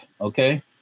Okay